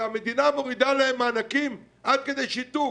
כשהמדינה מורידה להם מענקים עד כדי שיתוק?